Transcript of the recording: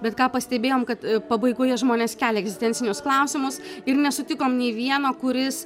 bet ką pastebėjom kad pabaigoje žmonės kelia egzistencinius klausimus ir nesutikom nė vieno kuris